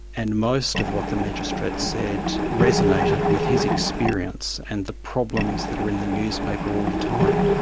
and most of what the magistrate said resonated with his experience and the problems that are in the newspaper all the time.